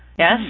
Yes